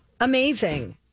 amazing